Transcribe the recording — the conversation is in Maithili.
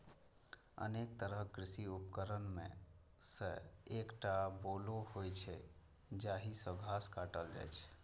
अनेक तरहक कृषि उपकरण मे सं एकटा बोलो होइ छै, जाहि सं घास काटल जाइ छै